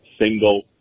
single